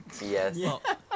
Yes